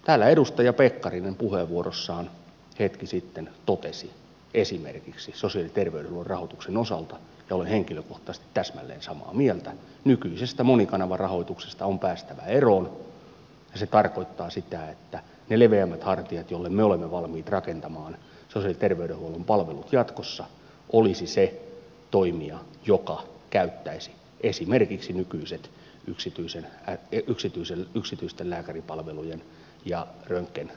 täällä edustaja pekkarinen puheenvuorossaan hetki sitten totesi esimerkiksi sosiaali ja terveydenhuollon rahoituksen osalta ja olen henkilökohtaisesti täsmälleen samaa mieltä että nykyisestä monikanavarahoituksesta on päästävä eroon ja se tarkoittaa sitä että ne leveämmät hartiat joille me olemme valmiit rakentamaan sosiaali ja terveydenhuollon palvelut jatkossa olisi se toimija joka käyttäisi esimerkiksi nykyiset yksityisten lääkäripalvelujen ja röntgen labrapalvelujen sv korvaukset